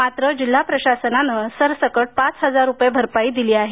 मात्र जिल्हा प्रशासनाने सरसकट पाच हजार रुपये भरपाई दिली आहे